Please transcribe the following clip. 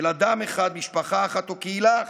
של אדם אחד, של משפחה אחת או של קהילה אחת,